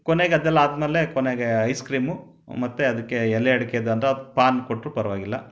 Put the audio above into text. ಕೊನೆಗೆ ಅದೆಲ್ಲ ಆದ ಮೇಲೆ ಕೊನೆಗೆ ಐಸ್ ಕ್ರೀಮು ಮತ್ತು ಅದಕ್ಕೆ ಎಲೆ ಅಡ್ಕೆದು ಅಂದರೆ ಪಾನ್ ಕೊಟ್ರೂ ಪರವಾಗಿಲ್ಲ